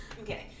Okay